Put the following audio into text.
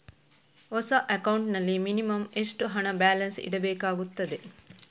ಹೊಸ ಅಕೌಂಟ್ ನಲ್ಲಿ ಮಿನಿಮಂ ಎಷ್ಟು ಹಣ ಬ್ಯಾಲೆನ್ಸ್ ಇಡಬೇಕಾಗುತ್ತದೆ?